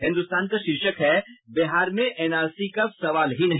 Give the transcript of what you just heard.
हिन्दुस्तान का शीर्षक है बिहार में एनआरसी का सवाल ही नहीं